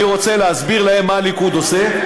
אני רוצה להסביר להם מה הליכוד עושה,